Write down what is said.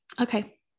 okay